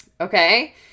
Okay